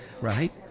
right